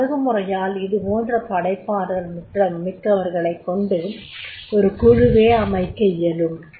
இந்த அணுகுமுறையால் இதுபோன்ற படைப்பாற்றல் மிக்கவர்களைக்கொண்டு ஒரு குழுவே அமைக்க இயலும்